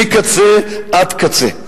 מקצה עד קצה.